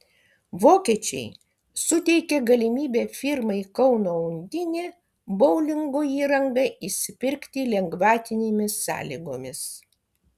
vokiečiai suteikė galimybę firmai kauno undinė boulingo įrangą išsipirkti lengvatinėmis sąlygomis